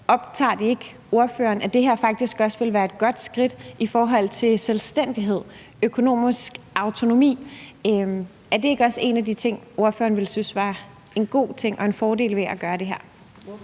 optager det ikke ordføreren, at det her faktisk også ville være et godt skridt i forhold til selvstændighed, økonomisk autonomi? Er det ikke også en af de ting, ordføreren ville synes var en god ting og en fordel ved at gøre det her?